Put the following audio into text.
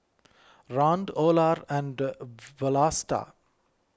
Rand Olar and Vlasta